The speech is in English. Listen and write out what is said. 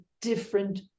different